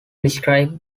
describe